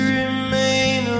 remain